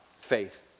faith